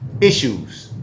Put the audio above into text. issues